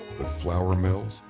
but flour mills,